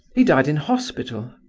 he died in hospital.